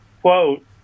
quote